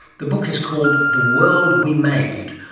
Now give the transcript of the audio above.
the book is called the world we made,